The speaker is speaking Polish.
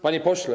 Panie Pośle!